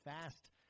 fast